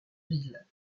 ville